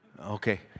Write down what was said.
Okay